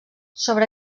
sobre